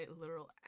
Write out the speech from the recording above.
literal